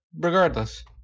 regardless